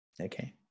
Okay